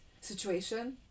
situation